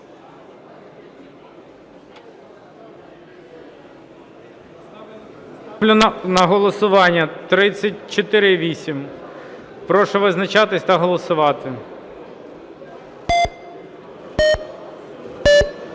Ставлю на голосування 3468. Прошу визначатися та голосувати.